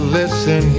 listen